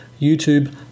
YouTube